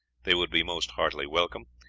they would be most heartily welcome,